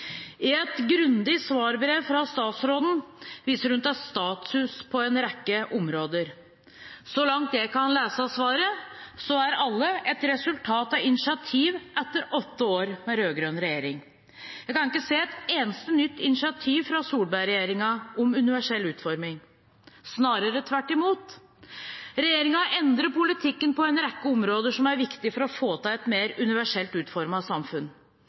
I et grundig svarbrev fra statsråden viser hun til status på en rekke områder. Så langt jeg kan lese svaret, er alle et resultat av initiativ etter åtte år med rød-grønn regjering. Jeg kan ikke se et eneste nytt initiativ fra Solberg-regjeringen om universell utforming. Snarere tvert imot. Regjeringen har endret politikken på en rekke områder som er viktige for å få til et mer universelt utformet samfunn.